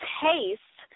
taste